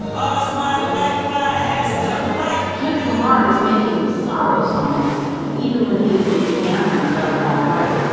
alls my life i has to fight. kendrick lamar is making sorrow songs even when he is making anthems like alright.